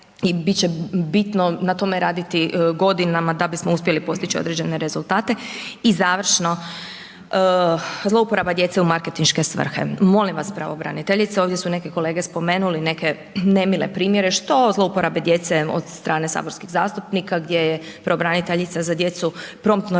i biti će bitno na tome raditi godinama da bismo uspjeli postići određene rezultate. I završno, zlouporaba djece u marketinške svrhe. Molim vas pravobraniteljice, ovdje su neke kolege spomenuli neke nemile primjere što zlouporabe djece od strane saborskih zastupnika gdje je pravobraniteljica za djecu promptno